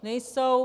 Nejsou.